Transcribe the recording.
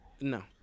no